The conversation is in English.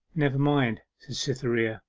never mind said cytherea,